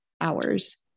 hours